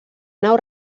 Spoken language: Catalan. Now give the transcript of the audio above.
nau